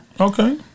Okay